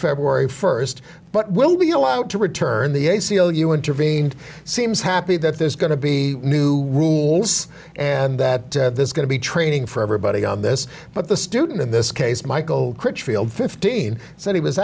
february first but will be allowed to return the a c l u intervened seems happy that there's going to be new rules and that there's going to be training for everybody on this but the student in this case michael critchfield fifteen said he was